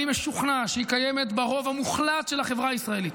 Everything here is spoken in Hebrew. אני משוכנע שהיא קיימת ברוב המוחלט של החברה הישראלית.